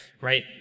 right